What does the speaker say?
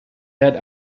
that